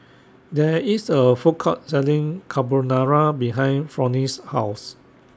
There IS A Food Court Selling Carbonara behind Fronnie's House